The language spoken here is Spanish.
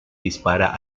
dispara